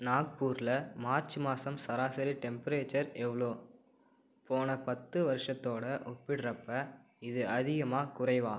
நாக்பூரில் மார்ச் மாதம் சராசரி டெம்பரேச்சர் எவ்வளோ போன பத்து வருஷத்தோடு ஒப்பிடுறப்போ இது அதிகமா குறைவா